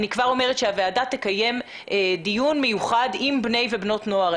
אני כבר אומרת שהוועדה תקיים דיון מיוחד עם בני ובנות נוער.